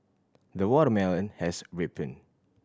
the watermelon has ripened